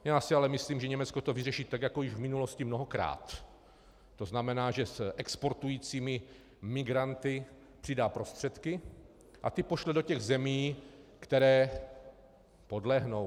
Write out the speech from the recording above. Já si ale myslím, že Německo to vyřeší jako již v minulosti mnohokrát, to znamená, že s exportujícími migranty přidá prostředky a ty pošle do těch zemí, které podlehnou.